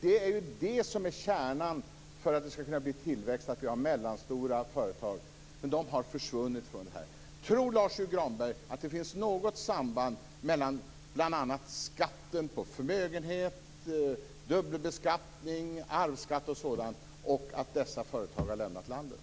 Det är det som är kärnan för att det skall kunna bli tillväxt, att vi har mellanstora företag. Men de har försvunnit. Tror Lars U Granberg att det finns något samband mellan bl.a. skatten på förmögenhet, dubbelbeskattning, arvsskatt och sådant och att dessa företag har lämnat landet?